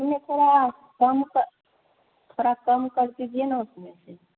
अरे थोड़ा कम कर थोड़ा कम कर दीजिए ना उसमें से